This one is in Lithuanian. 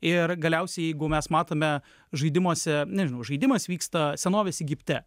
ir galiausiai jeigu mes matome žaidimuose nežinau žaidimas vyksta senovės egipte